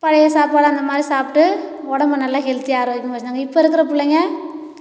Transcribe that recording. பழைய சாப்பாடாக அந்த மாதிரி சாப்பிட்டு உடம்பை நல்லா ஹெல்தியாக ஆரோக்கியமாக வச்சுருந்தாங்க இப்போ இருக்கிற பிள்ளைங்க